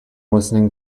listening